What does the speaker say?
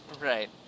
Right